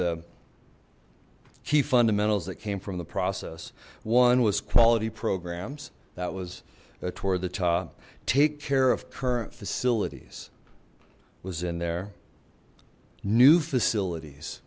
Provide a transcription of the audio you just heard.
key fundamentals that came from the process one was quality programs that was toward the top take care of current facilities was in their new facilities